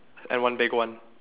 and one big one